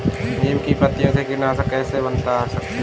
नीम की पत्तियों से कीटनाशक कैसे बना सकते हैं?